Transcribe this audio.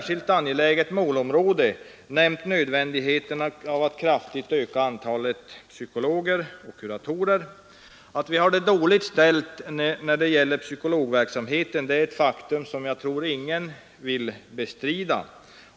Som ett angeläget målområde har vi särskilt nämnt nödvändigheten av att kraftigt öka antalet psykologer och kuratorer. Det är ett faktum som jag tror att ingen vill bestrida, att vi nu har dåligt ställt med psykologer.